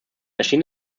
erschien